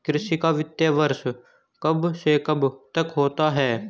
कृषि का वित्तीय वर्ष कब से कब तक होता है?